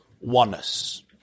oneness